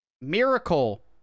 Miracle